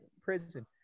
prison